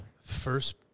First